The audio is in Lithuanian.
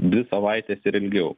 dvi savaites ir ilgiau